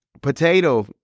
potato